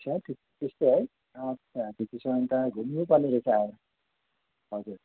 अच्छा ठिक त्यस्तो है अच्छा त्यसो हो भने त घुम्नैपर्ने रहेछ हजुर